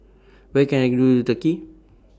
Where Can I Do The Turkey